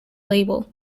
label